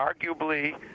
arguably